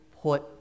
put